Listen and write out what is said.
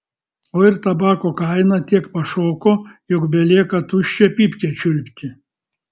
o ir tabako kaina tiek pašoko jog belieka tuščią pypkę čiulpti